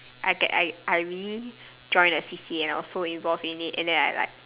I get I I already join that C_C_A now so involved in it and then I like